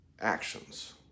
actions